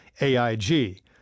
AIG